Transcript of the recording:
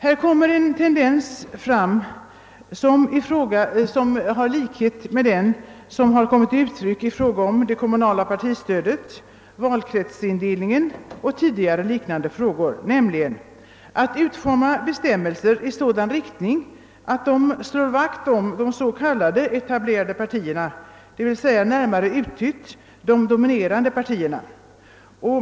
Här finns en tendens som liknar den som har kommit till uttryck i fråga om det kommunala partistödet, valkretsindelningen och liknande frågor: att utforma bestämmelser som slår vakt om de s.k. etablerade partierna, närmare bestämt de dominerande partierna.